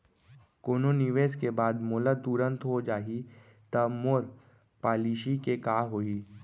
कोनो निवेश के बाद मोला तुरंत हो जाही ता मोर पॉलिसी के का होही?